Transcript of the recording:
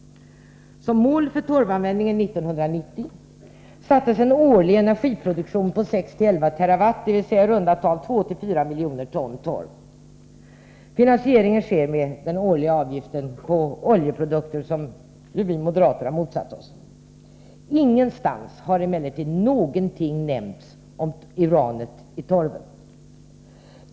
Som mål för torvanvändningen 1990 sattes en årlig energiproduktion på 6-11 TWh, dvs. i runda tal 24 miljoner ton torv. Finansieringen sker medelst den årliga avgift på oljeprodukter som vi moderater motsatt oss. Ingenting har emellertid nämnts om uranet i torven.